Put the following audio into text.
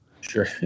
Sure